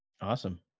Awesome